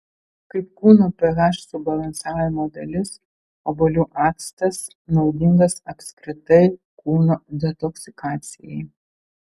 kaip kūno ph subalansavimo dalis obuolių actas naudingas apskritai kūno detoksikacijai